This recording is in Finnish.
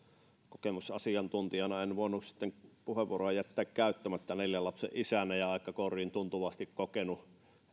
kokemusasiantuntijana en voinut sitten puheenvuoroa jättää käyttämättä neljän lapsen isänä olen aika kouriintuntuvasti kokenut